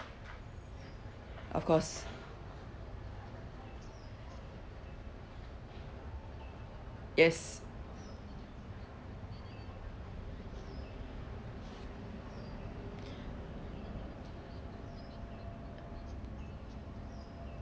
of course yes